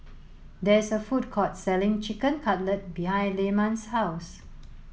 there is a food court selling Chicken Cutlet behind Lyman's house